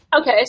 Okay